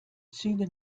züge